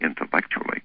intellectually